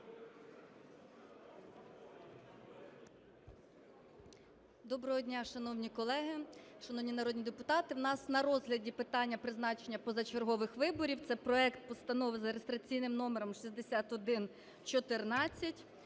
Доброго дня, шановні колеги, шановні народні депутати! В нас на розгляді питання призначення позачергових виборів, це проект Постанови за реєстраційним номером 6114.